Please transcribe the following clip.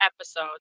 episode